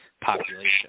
population